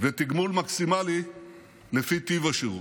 ותגמול מקסימלי לפי טיב השירות.